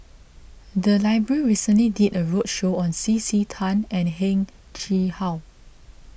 the library recently did a roadshow on C C Tan and Heng Chee How